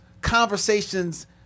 conversations